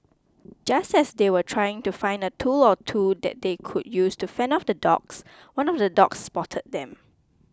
just as they were trying to find a tool or two that they could use to fend off the dogs one of the dogs spotted them